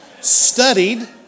studied